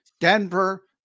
Denver